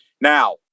Now